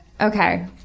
Okay